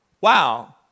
wow